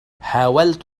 حاولت